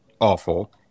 awful